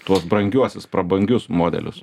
tuos brangiuosius prabangius modelius